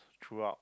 throughout